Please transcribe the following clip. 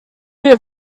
too